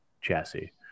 chassis